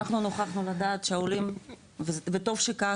אנחנו נוכחנו לדעת שהעולים וטוב שכך